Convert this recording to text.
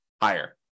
higher